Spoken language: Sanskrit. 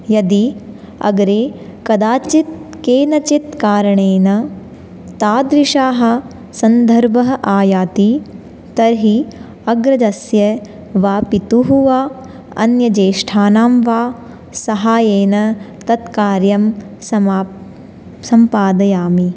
यदि अग्रे कदाचित् केनचित् कारणेन तादृशः सन्दर्भः आयाति तर्हि अग्रजस्य वा पितुः वा अन्यज्येष्ठानां वा साहाय्येन तत् कार्यं समाप् सम्पादयामि